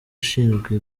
ushinzwe